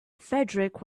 fedric